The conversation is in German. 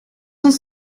uns